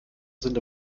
sind